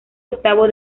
octavo